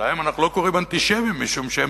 שלהם אנחנו לא קוראים אנטישמים משום שהם